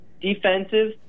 defensive